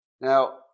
now